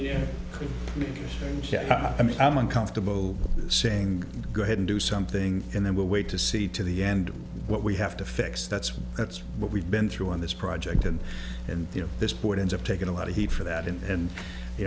know me and i'm uncomfortable saying go ahead and do something and then we'll wait to see to the end what we have to fix that's that's what we've been through on this project and and you know this board ends up taking a lot of heat for that and